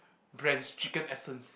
brands chicken essence